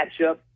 matchup